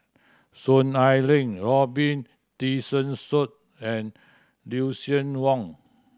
Soon Ai Ling Robin Tessensohn and Lucien Wang